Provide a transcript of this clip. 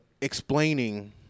explaining